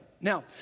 Now